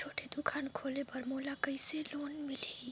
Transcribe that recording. छोटे दुकान खोले बर मोला कइसे लोन मिलही?